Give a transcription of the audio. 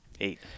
Eight